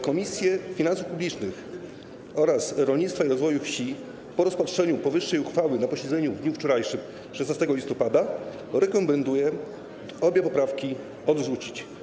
Komisje: Finansów Publicznych oraz Rolnictwa i Rozwoju Wsi po rozpatrzeniu powyższej uchwały na posiedzeniu w dniu wczorajszym, tj. 16 listopada, rekomendują obie poprawki odrzucić.